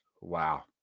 wow